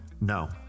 No